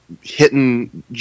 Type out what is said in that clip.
hitting